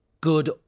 good